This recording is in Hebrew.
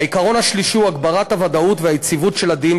העיקרון השלישי הוא הגברת הוודאות והיציבות של הדין,